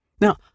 Now